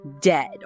dead